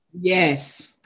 yes